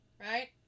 right